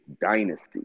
dynasty